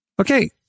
Okay